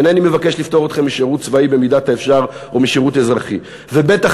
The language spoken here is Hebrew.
אינני מבקש לפטור אתכם משירות צבאי במידת האפשר או משירות אזרחי ובטח